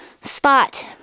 spot